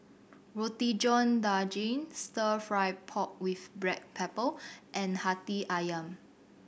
Roti John Daging Stir Fry pork with black pepper and Hati Ayam